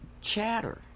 chatter